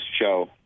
show